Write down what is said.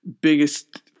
biggest